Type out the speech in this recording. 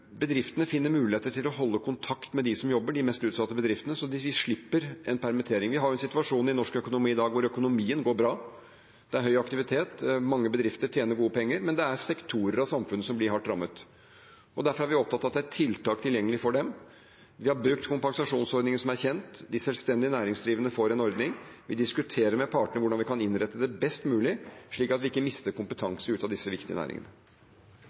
bedriftene finner mulighet til å holde kontakt med dem som jobber, slik at man slipper å permittere. Vi har en situasjon i norsk økonomi i dag der økonomien går bra, det er høy aktivitet, mange bedrifter tjener gode penger, men det er sektorer av samfunnet som blir hardt rammet. Derfor er vi opptatt av at det er tiltak tilgjengelig for dem. Vi har brukt kompensasjonsordningen, som er kjent. De selvstendig næringsdrivende får en ordning. Vi diskuterer med partene hvordan vi kan innrette det best mulig, slik at vi ikke mister kompetanse i disse viktige næringene.